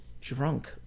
drunk